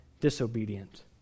disobedient